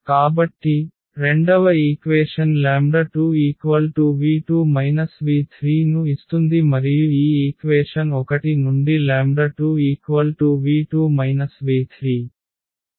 కాబట్టి రెండవ equation 2v2 v3 ను ఇస్తుంది మరియు ఈ ఈక్వేషన్ 1 నుండి 2v2 v3